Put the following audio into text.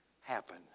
happen